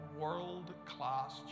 world-class